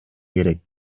керек